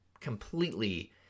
completely